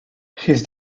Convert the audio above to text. his